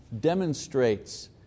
demonstrates